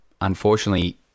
unfortunately